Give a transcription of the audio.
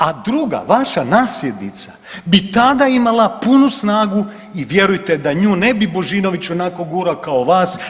A druga vaša nasljednica bi tada imala punu snagu i vjerujte da nju ne bi Božinović onako gurao kao vas.